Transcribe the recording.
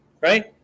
right